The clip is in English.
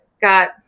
got